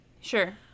sure